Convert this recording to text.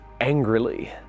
angrily